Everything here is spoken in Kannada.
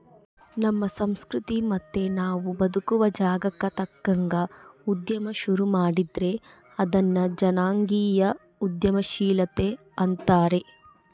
ನಮ್ಮ ಸಂಸ್ಕೃತಿ ಮತ್ತೆ ನಾವು ಬದುಕುವ ಜಾಗಕ್ಕ ತಕ್ಕಂಗ ಉದ್ಯಮ ಶುರು ಮಾಡಿದ್ರೆ ಅದನ್ನ ಜನಾಂಗೀಯ ಉದ್ಯಮಶೀಲತೆ ಅಂತಾರೆ